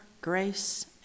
grace